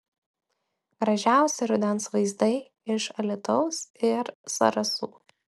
gražiausi rudens vaizdai iš alytaus ir zarasų